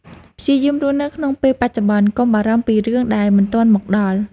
ព្យាយាមរស់នៅក្នុងពេលបច្ចុប្បន្ន កុំបារម្ភពីរឿងដែលមិនទាន់មកដល់។